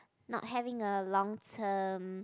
not having a long term